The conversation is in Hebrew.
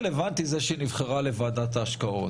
זה לא רלוונטי שהיא נבחרה לוועדת ההשקעות.